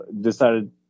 decided